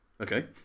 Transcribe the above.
Okay